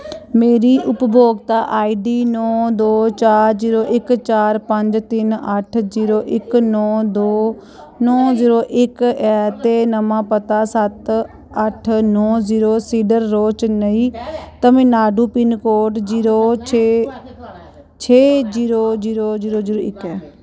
मेरी उपभोक्ता आईडी नौ दो चार जीरो इक चार पंज तिन्न अट्ठ जीरो इक नौ दो नौ जीरो इक ऐ ते नमां पता सत्त अट्ठ नौ zero cedar road Chennai Tamil Nadu pin code zero छे छे जीरो जीरो जीरो जीरो इक ऐ